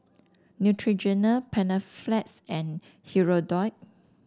Neutrogena Panaflex and Hirudoid